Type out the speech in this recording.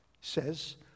says